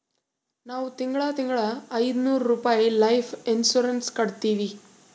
ನಾವ್ ತಿಂಗಳಾ ತಿಂಗಳಾ ಐಯ್ದನೂರ್ ರುಪಾಯಿ ಲೈಫ್ ಇನ್ಸೂರೆನ್ಸ್ ಕಟ್ಟತ್ತಿವಿ